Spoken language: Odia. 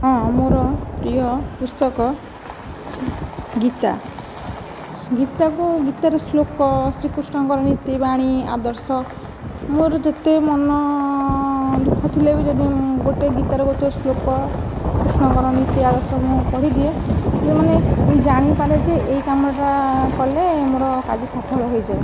ହଁ ମୋର ପ୍ରିୟ ପୁସ୍ତକ ଗୀତା ଗୀତାକୁ ଗୀତାର ଶ୍ଳୋକ ଶ୍ରୀକୃଷ୍ଣଙ୍କର ନିତିବାଣୀ ଆଦର୍ଶ ମୋର ଯେତେ ମନ ଦୁଃଖ ଥିଲେ ବି ଯଦି ଗୋଟିଏ ଗୀତାର ଗୋଟିଏ ଶ୍ଳୋକ କୃଷ୍ଣଙ୍କର ନୀତି ଆଦର୍ଶ ମୁଁ ପଢ଼ି ଦିଏ ମୁଁ ମାନେ ଜାଣିପାରେ ଯେ ଏଇ କାମଟା କଲେ ମୋର କାର୍ଯ୍ୟ ସଫଳ ହୋଇଯାଏ